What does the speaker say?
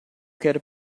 quero